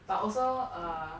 but also uh